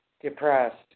depressed